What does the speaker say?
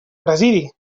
presidi